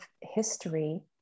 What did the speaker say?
history